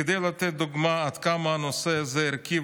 כדי לתת דוגמה עד כמה הנושא הזה ערכי